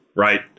right